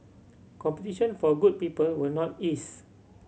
competition for good people will not ease